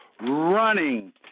running